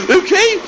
okay